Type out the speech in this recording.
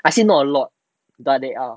I say not a lot but they are